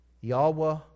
Yahweh